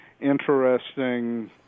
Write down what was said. interesting